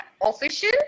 official